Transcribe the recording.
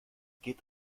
geht